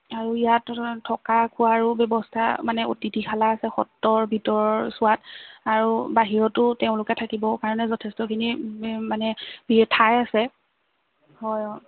আৰু ইয়াত থকা খোৱাৰো ব্যৱস্থা মানে অতিথিশালা আছে সত্ৰৰ ভিতৰৰছোৱাত আৰু বাহিৰতো থকাৰ তেওঁলোক থাকিবৰ কাৰণে যথেষ্টখিনি মানে বিশেষ ঠাই আছে হয় অঁ